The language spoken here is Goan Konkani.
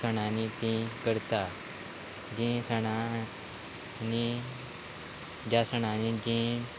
सणांनी ती करता जी सणां नी ज्या सणांनी जी